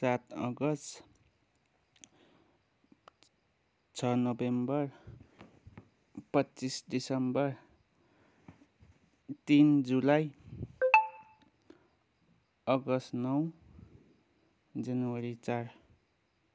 सात अगस्त छ नोभेम्बर पच्चिस दिसम्बर तिन जुलाई अगस्त नौ जनवरी चार